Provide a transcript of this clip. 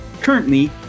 currently